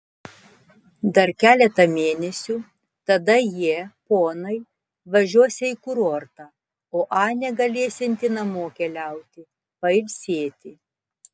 dar keletą mėnesių tada jie ponai važiuosią į kurortą o anė galėsianti namo keliauti pailsėti